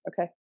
okay